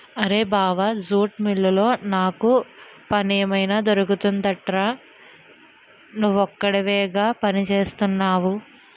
అరేయ్ బావా జూట్ మిల్లులో నాకు పనేమైనా దొరుకుతుందెట్రా? నువ్వక్కడేగా పనిచేత్తున్నవు